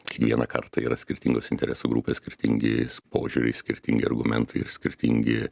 kiekvieną kartą yra skirtingos interesų grupės skirtingi požiūriai skirtingi argumentai ir skirtingi